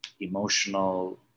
emotional